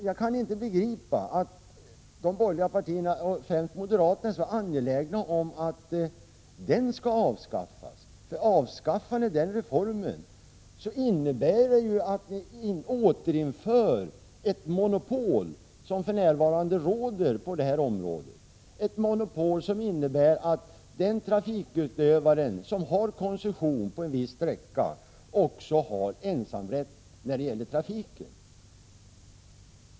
Jag kan inte begripa att de borgerliga partierna, främst moderaterna, är så angelägna om att den skall avskaffas. Avskaffar vi den reformen betyder det att vi återinför ett monopol som innebär att den trafikutövare som har koncession på en viss sträcka också har ensamrätt när det gäller trafiken.